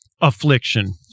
affliction